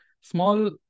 small